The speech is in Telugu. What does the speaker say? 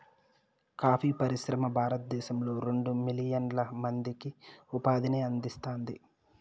కాఫీ పరిశ్రమ భారతదేశంలో రెండు మిలియన్ల మందికి ఉపాధిని అందిస్తాంది